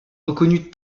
reconnut